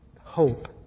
hope